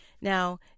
Now